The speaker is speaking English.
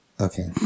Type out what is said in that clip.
Okay